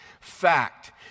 Fact